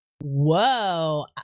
Whoa